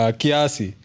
kiasi